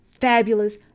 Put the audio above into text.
fabulous